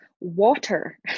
water